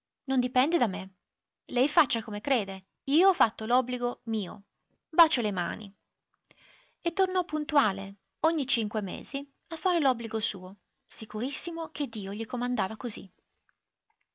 non dipende da me lei faccia come crede io ho fatto l'obbligo mio bacio le mani e tornò puntuale ogni cinque mesi a fare l'obbligo suo sicurissimo che dio gli comandava così